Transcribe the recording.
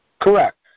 Correct